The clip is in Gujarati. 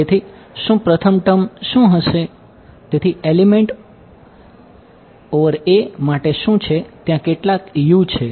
તેથી શું પ્રથમ ટર્મ a માટે શું છે ત્યાં કેટલા છે